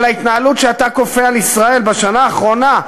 אבל ההתנהלות שאתה כופה על ישראל בשנה האחרונה,